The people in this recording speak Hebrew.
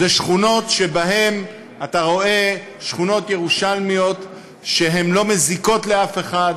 הן שכונות שבהן אתה רואה שכונות ירושלמיות שהן לא מזיקות לאף אחד,